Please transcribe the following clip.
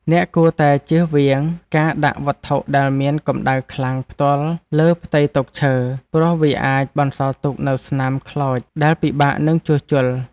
អ្នកគួរតែជៀសវាងការដាក់វត្ថុដែលមានកម្ដៅខ្លាំងផ្ទាល់លើផ្ទៃតុឈើ ព្រោះវាអាចបន្សល់ទុកនូវស្នាមខ្លោចដែលពិបាកនឹងជួសជុល។